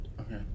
Okay